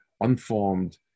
unformed